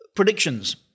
Predictions